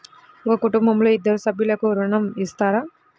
ఒక కుటుంబంలో ఇద్దరు సభ్యులకు ఋణం ఇస్తారా?